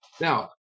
Now